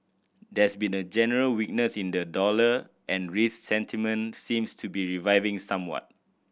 there's been a general weakness in the dollar and risk sentiment seems to be reviving somewhat